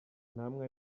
namwe